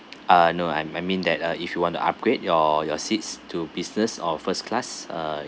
ah no I'm I'm mean that uh if you want to upgrade your your seats to business or first class uh